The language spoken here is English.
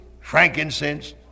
frankincense